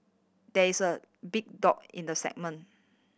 there is a big dog in the segment